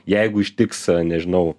jeigu ištiks nežinau